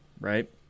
right